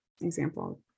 example